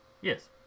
Yes